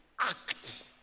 act